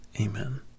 Amen